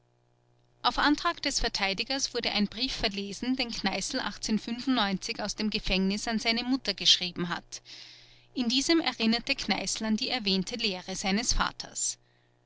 auf antrag des verteidigers wurde ein brief verlesen den kneißl aus dem gefängnis an seine mutter geschrieben hat in diesem erinnerte kneißl an die erwähnte lehre seines vaters